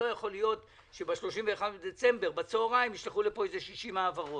לא יכול להיות שב-31 בדצמבר בצהרים ישלחו לפה איזה 60 העברות,